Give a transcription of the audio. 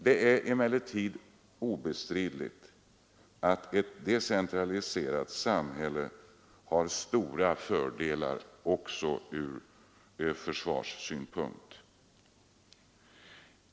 Det är emellertid obestridligt att ett decentraliserat samhälle har stora fördelar också från försvarssynpunkt.